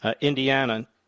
Indiana